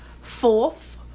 fourth